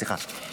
סליחה.